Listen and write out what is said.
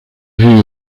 vue